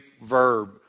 verb